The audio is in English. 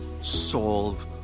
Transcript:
solve